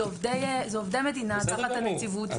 זה עובדי מדינה תחת הנציבות,